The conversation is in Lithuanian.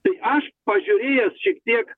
tai aš pažiūrėjęs šiek tiek